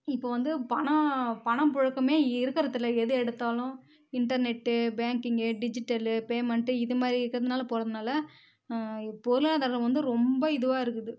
இப்போ வந்து பணம் பணம் புழக்கமே இருக்கிறது இல்லை எது எடுத்தாலும் இன்டர்நெட்டு பேங்க்கிங்கு டிஜிட்டலு பேமெண்ட்டு இதுமாதிரி இருக்கிறதுனால போகிறதுனால பொருளாதாரம் வந்து ரொம்ப இதுவாக இருக்குது